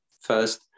first